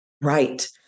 right